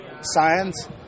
science